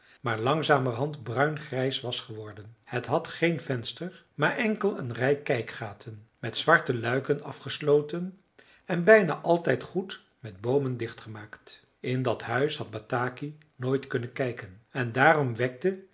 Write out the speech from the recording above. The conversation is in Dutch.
maar langzamerhand bruingrijs was geworden het had geen venster maar enkel een rij kijkgaten met zwarte luiken afgesloten en bijna altijd goed met boomen dichtgemaakt in dat huis had bataki nooit kunnen kijken en daarom wekte